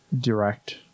Direct